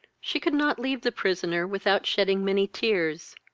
she could not leave the prisoner without shedding many tears.